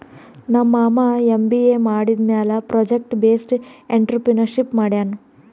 ನಮ್ ಮಾಮಾ ಎಮ್.ಬಿ.ಎ ಮಾಡಿದಮ್ಯಾಲ ಪ್ರೊಜೆಕ್ಟ್ ಬೇಸ್ಡ್ ಎಂಟ್ರರ್ಪ್ರಿನರ್ಶಿಪ್ ಮಾಡ್ಯಾನ್